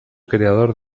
creador